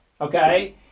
Okay